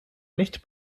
nicht